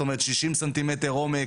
זאת אומרת ששים ס"מ עומק,